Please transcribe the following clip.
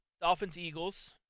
Dolphins-Eagles